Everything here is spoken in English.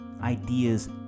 ideas